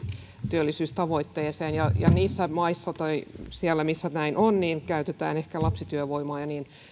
työllisyystavoitteeseen ja ja niissä maissa missä näin on käytetään ehkä lapsityövoimaa